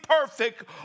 perfect